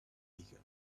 bigger